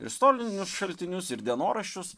istorinius šaltinius ir dienoraščius